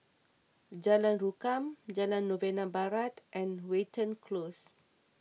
Jalan Rukam Jalan Novena Barat and Watten Close